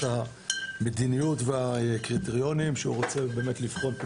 המדיניות והקריטריונים שהוא רוצה לבחון,